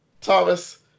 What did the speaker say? Thomas